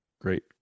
great